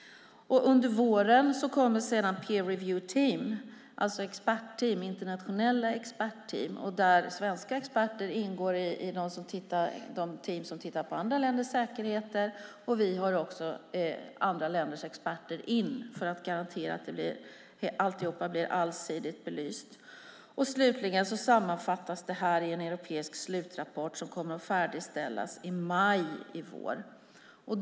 Under våren kommer det sedan in peer review-team, internationella expertteam. Svenska experter ingår i de team som tittar på andra länders säkerhet, och andra länders experter kommer hit, för att garantera att allt blir allsidigt belyst. Slutligen sammanfattas detta i en europeisk slutrapport som kommer att färdigställas i maj i vår.